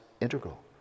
integral